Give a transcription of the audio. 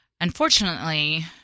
Unfortunately